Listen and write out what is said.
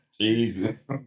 Jesus